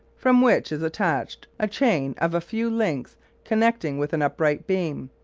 from which is attached a chain of a few links connecting with an upright beam.